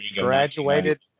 graduated